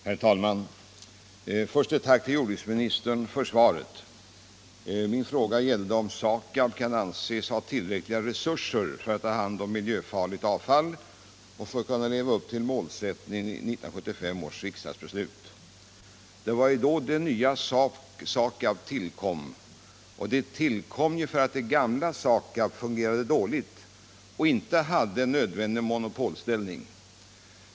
Herr talman! Först ett tack till jordbruksministern för svaret. Min fråga gällde om SAKAB kan anses ha tillräckliga resurser för att ta hand om miljöfarligt avfall och för att kunna leva upp till målsättningen i 1975 års riksdagsbeslut. Det var då det nya SAKAB tillkom, och det tillkom för att det gamla SAKAB fungerade dåligt och inte hade nödvändig monopolställning.